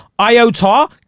Iota